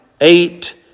eight